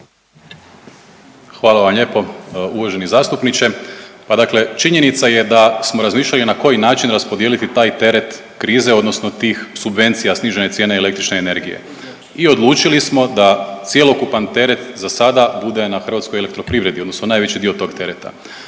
Hvala vam lijepo uvaženi zastupniče. Pa dakle činjenica je da smo razmišljali na koji način raspodijeliti taj teret krize odnosno tih subvencija snižene cijene električne energije i odlučili smo da cjelokupan teret za sada bude na HEP-u odnosno najveći dio tog tereta.